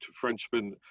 Frenchman